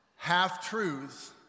half-truths